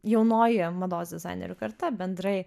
jaunoji mados dizainerių karta bendrai